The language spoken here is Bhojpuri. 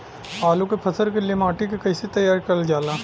आलू क फसल के लिए माटी के कैसे तैयार करल जाला?